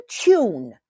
tune